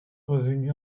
revenu